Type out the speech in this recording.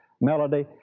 melody